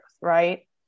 right